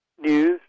news